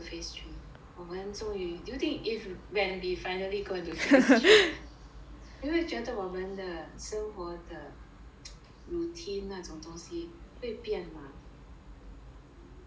我们终于 do you think if when we finally go into phase three 你会觉得我们的生活的 routine 那种东西会变吗